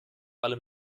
allem